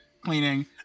cleaning